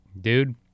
dude